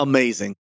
Amazing